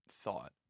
thought